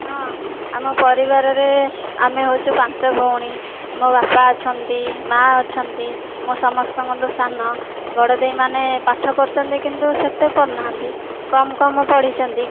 ହଁ ଆମ ପରିବାରରେ ଆମେ ହେଉଛୁ ପାଞ୍ଚ ଭଉଣୀ ମୋ' ବାପା ଅଛନ୍ତି ମାଆ ଅଛନ୍ତି ମୁଁ ସମସ୍ତଙ୍କଠୁ ସାନ ବଡ଼ ଦେଈମାନେ ପାଠ ପଢ଼ିଛନ୍ତି କିନ୍ତୁ ସେତେ ପଢ଼ିନାହାନ୍ତି କମ କମ ପଢ଼ିଛନ୍ତି